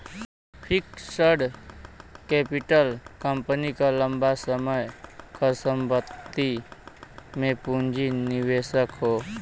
fixed capital company क लंबा समय क संपत्ति में पूंजी निवेश हौ